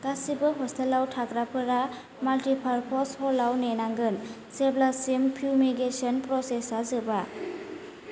गासिबो हस्टेलाव थाग्राफोरा माल्टिपार्पास हलाव नेनांगोन जेब्लासिम फिउमिगेसन प्रसेसा जोबा